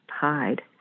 hide